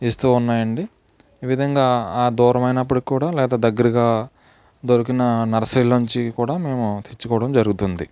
ఇస్తూ ఉన్నాయండి ఈ విధంగా ఆ దూరమైనప్పటికి కూడా లేదా దగ్గరగా దొరికిన నర్సరీలో నుంచి కూడా మేము తెచ్చుకోవడం జరుగుతుంది